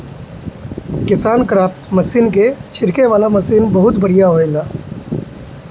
KisanKraft machine के छिड़के वाला मशीन बहुत बढ़िया होएला